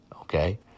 okay